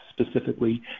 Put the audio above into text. specifically